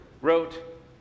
wrote